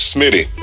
Smitty